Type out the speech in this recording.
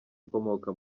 ukomoka